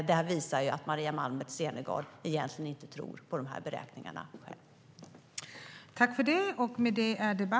Det här visar att Maria Malmer Stenergard egentligen inte tror på de här beräkningarna själv.